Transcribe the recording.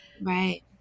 right